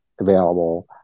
available